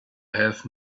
have